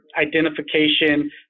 identification